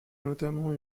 notamment